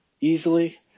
easily